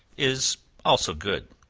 is also good.